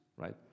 right